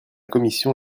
commission